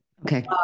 Okay